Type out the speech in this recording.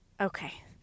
Okay